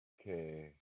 Okay